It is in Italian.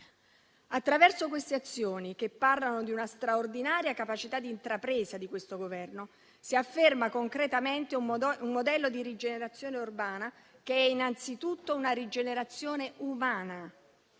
Attraverso queste azioni, che parlano di una straordinaria capacità di intrapresa di questo Governo, si afferma dunque concretamente un modello di rigenerazione urbana che è innanzitutto una rigenerazione umana.